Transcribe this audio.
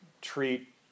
treat